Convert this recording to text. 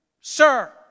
sir